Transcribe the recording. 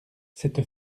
cette